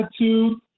attitude